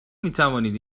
میتوانید